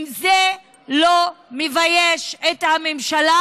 אם זה לא מבייש את הממשלה,